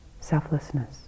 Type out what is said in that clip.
selflessness